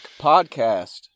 podcast